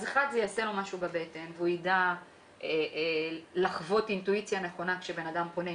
לאחד זה יעשה משהו בבטן והוא ידע לחוות אינטואיציה נכונה כשבן אדם פונה,